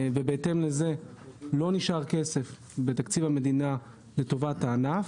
ובהתאם לזה לא נשאר כסף בתקציב המדינה לטובת הענף.